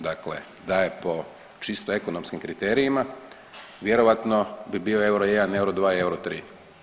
Dakle, da je po čisto ekonomskim kriterijima vjerojatno bi bio euro I, euro II, euro III.